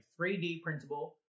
3D-printable